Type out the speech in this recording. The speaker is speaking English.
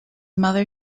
mother